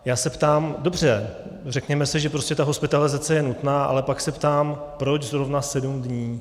Já se ptám dobře, řekněme si, že prostě ta hospitalizace je nutná, ale pak se ptám, proč zrovna sedm dní.